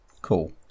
cool